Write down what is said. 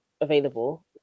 available